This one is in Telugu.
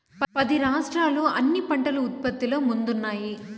పది రాష్ట్రాలు అన్ని పంటల ఉత్పత్తిలో ముందున్నాయి